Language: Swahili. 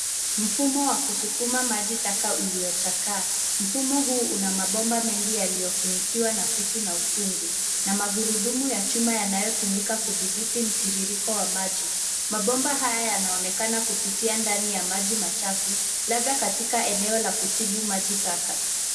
Mfumo wa kusukuma maji taka uliochakaa. Mfumo huu una mabomba mengi yaliyofunikiwa na kutu na ukungu na magurudumu ya chuma yanayotumika kudhibiti mtiririko wa maji. Mabomba haya yanaonekana kupitia ndani ya maji machafu labda katika eneo la kutibu maji taka.